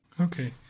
Okay